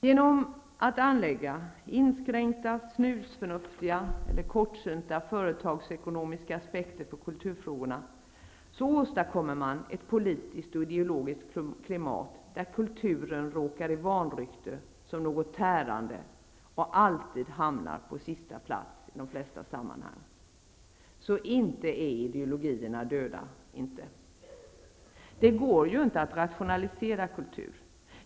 Genom att anlägga inskränkta, snusförnuftiga eller kortsynta företagsekonomiska aspekter på kulturfrågorna åstadkommer man ett politiskt och ideologiskt klimat där kulturen råkar i vanrykte som något tärande och alltid hamnar på sista plats, så inte är ideologierna döda, inte. Det går inte att rationalisera kultur.